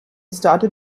started